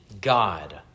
God